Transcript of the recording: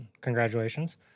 Congratulations